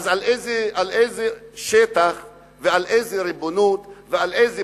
אז על איזה שטח ועל איזו ריבונות ועל איזה